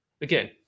Again